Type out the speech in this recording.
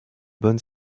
bonne